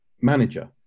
manager